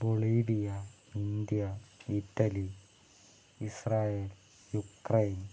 Bolivia India Italy Israel Ukraine